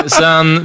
sen